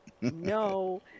No